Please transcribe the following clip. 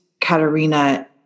Katerina